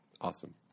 Awesome